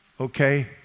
okay